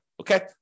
Okay